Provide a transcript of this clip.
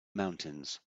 mountains